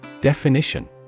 Definition